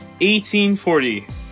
1840